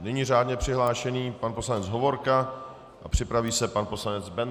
Nyní řádně přihlášený pan poslanec Hovorka, připraví se pan poslanec Bendl.